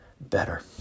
better